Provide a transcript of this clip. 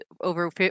Over